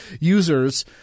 users